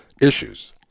issues